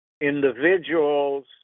individuals